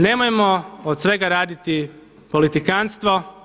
Nemojmo od svega raditi politikanstvo.